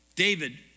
David